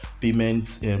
payments